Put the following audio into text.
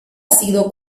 sido